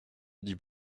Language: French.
dit